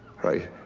right.